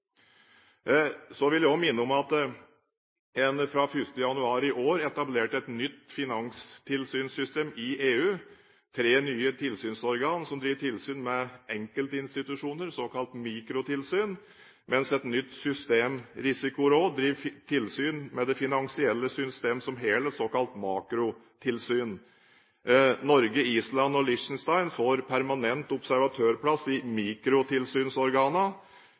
så langt. Så vil jeg minne om at en 1. januar i år etablerte et nytt finanstilsynssystem i EU. Tre nye tilsynsorgan driver tilsyn med enkeltinstitusjoner, såkalt mikrotilsyn, mens et nytt systemrisikoråd driver tilsyn med det finansielle systemet som helhet, såkalt makrotilsyn. Norge, Island og Liechtenstein får permanent observatørplass i